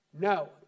No